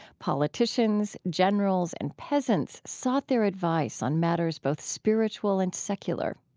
politicians, generals, and peasants sought their advice on matters both spiritual and secular.